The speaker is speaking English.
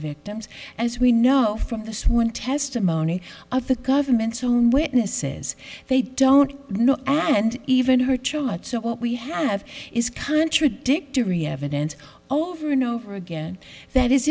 victims as we know from the sworn testimony of the government's own witnesses they don't know and even her children so what we have is contradictory evidence over and over again that is